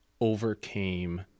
overcame